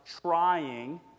trying